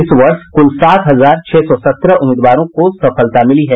इस वर्ष कुल सात हजार छह सौ सत्रह उम्मीदवारों को सफलता मिली है